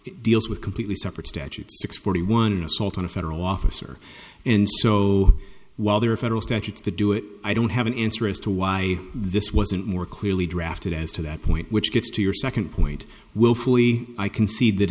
deals with completely separate statute six forty one and assault on a federal officer and so while there are federal statutes to do it i don't have an answer as to why this wasn't more clearly drafted as to that point which gets to your second point willfully i concede that